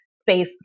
space